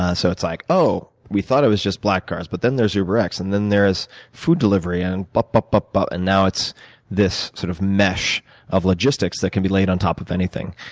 ah so it's like, oh, we thought it was just black cars, but then, there's uber x, and then, there's food delivery, and, but but but but now, it's this sort of mesh of logistics that can be laid on top of anything.